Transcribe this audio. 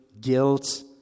guilt